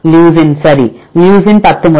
leucine சரி leucine 10 முறை